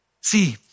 See